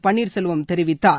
பன்னீர்செல்வம் தெரிவித்தார்